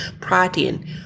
protein